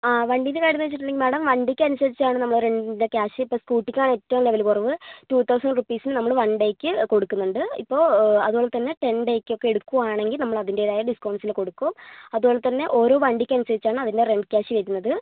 ആ വണ്ടിയുടെ കാര്യമെന്നു വച്ചിട്ടുണ്ടെങ്കിൽ മാഡം വണ്ടിക്കനുസരിച്ചാണ് നമ്മൾ റെന്റിൻ്റെ ക്യാഷ് ഇപ്പോൾ സ്കൂട്ടിക്കാണ് ഏറ്റവും ലെവൽ കുറവ് ടൂ തൗസന്റ് റുപ്പീസ് നമ്മൾ വൺഡേയ്ക്ക് കൊടുക്കുന്നുണ്ട് ഇപ്പോൾ അതുപോലെത്തന്നെ ടെൻ ഡേയ്ക്കൊക്കെ എടുക്കുകയാണെങ്കിൽ നമ്മളതിന്റേതായ ഡിസ്കൗണ്ട്സിൽ കൊടുക്കും അതുപോലെത്തന്നെ ഓരോ വണ്ടിക്കനുസരിച്ചാണതിന്റെ റെന്റ് ക്യാഷ് വരുന്നത്